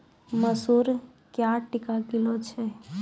मसूर क्या टका किलो छ?